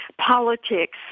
politics